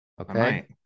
Okay